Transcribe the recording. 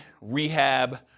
rehab